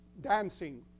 dancing